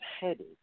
headed